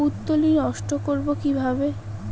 পুত্তলি নষ্ট করব কিভাবে?